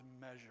measure